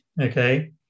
Okay